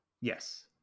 Yes